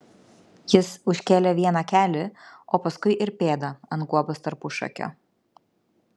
jis užkėlė vieną kelį o paskui ir pėdą ant guobos tarpušakio